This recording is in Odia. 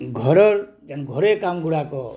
ଘରର ଯେନ୍ ଘରେୋଇ କାମ ଗୁଡ଼ାକ